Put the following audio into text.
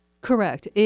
Correct